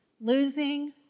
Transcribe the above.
Losing